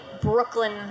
Brooklyn